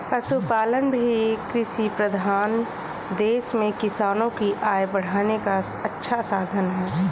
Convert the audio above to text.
पशुपालन भी कृषिप्रधान देश में किसानों की आय बढ़ाने का अच्छा साधन है